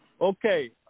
Okay